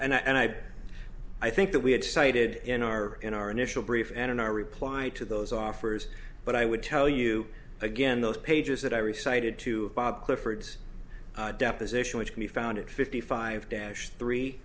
honor and i i think that we had cited in our in our initial brief and in our reply to those offers but i would tell you again those pages that every cited to bob clifford's deposition which can be found at fifty five dash three